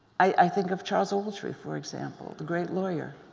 i think of charles ogletree for example the great lawyer.